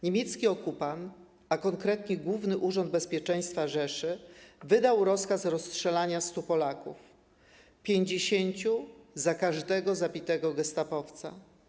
Niemiecki okupant, a konkretnie Główny Urząd Bezpieczeństwa Rzeszy, wydał rozkaz rozstrzelania 100 Polaków - 50 za każdego zabitego gestapowca.